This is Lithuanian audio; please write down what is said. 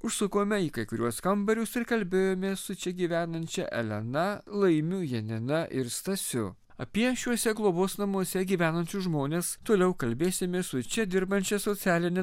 užsukome į kai kuriuos kambarius ir kalbėjomės su čia gyvenančia elena laimiu janina ir stasiu apie šiuose globos namuose gyvenančius žmones toliau kalbėsimės su čia dirbančia socialine